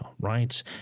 right